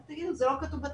זה לא כתוב בתקנות,